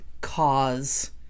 cause